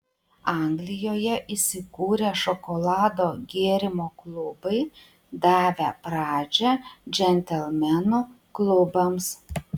anglijoje įsikūrė šokolado gėrimo klubai davę pradžią džentelmenų klubams